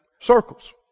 circles